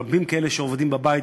רבים כאלה שעובדים בבית,